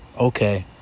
okay